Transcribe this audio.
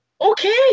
Okay